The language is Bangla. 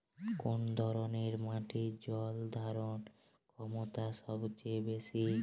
কোন ধরণের মাটির জল ধারণ ক্ষমতা সবচেয়ে বেশি?